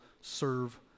serve